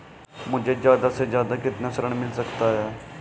मुझे ज्यादा से ज्यादा कितना ऋण मिल सकता है?